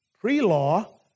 Pre-law